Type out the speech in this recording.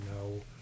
No